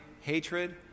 hatred